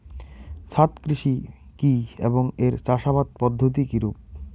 ছাদ কৃষি কী এবং এর চাষাবাদ পদ্ধতি কিরূপ?